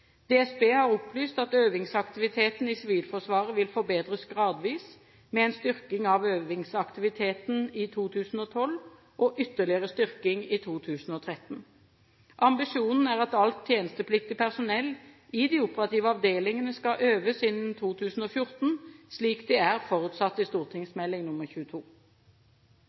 DSB har opplyst at øvingsaktiviteten i Sivilforsvaret vil forbedres gradvis, med en styrking av øvingsaktiviteten i 2012 og en ytterligere styrking i 2013. Ambisjonen er at alt tjenestepliktig personell i de operative avdelingene skal øves innen 2014, slik det er forutsatt i St.meld. nr. 22.